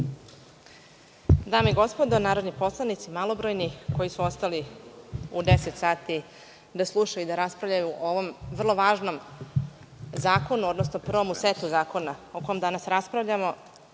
Dame i gospodo narodni poslanici, malobrojni koji su ostali u deset sati da slušaju, raspravljaju o ovom vrlo važnom zakonu, odnosno prvom setu zakona o kome danas raspravljamo,